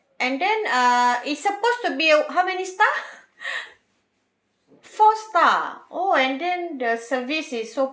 and then uh it's supposed to be a how many star four star oh and then the service is so